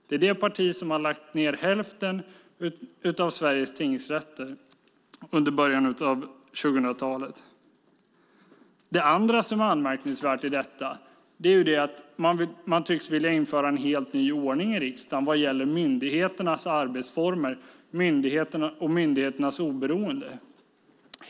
Det andra som är anmärkningsvärt i detta är att man tycks vilja införa en helt ny ordning i riksdagen vad gäller myndigheternas arbetsformer och oberoende.